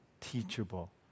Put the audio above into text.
teachable